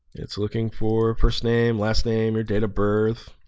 it's looking for first name last name your date of birth